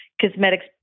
cosmetics